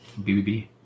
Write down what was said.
BBB